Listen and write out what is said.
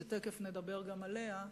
שתיכף נדבר גם עליה,